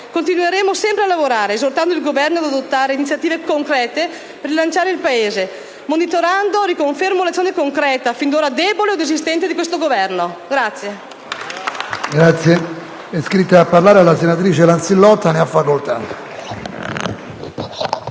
continueremo sempre a lavorare esortando il Governo ad adottare iniziative concrete per rilanciare il Paese, monitorando l'azione concreta, finora debole o inesistente, di questo Governo.